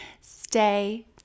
Stay